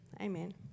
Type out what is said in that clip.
Amen